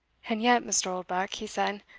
and yet, mr. oldbuck, he said,